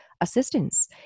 assistance